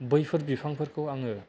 बैफोर बिफांफोरखौ आङो